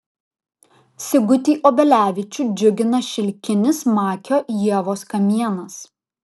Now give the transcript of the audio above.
sigutį obelevičių džiugina šilkinis makio ievos kamienas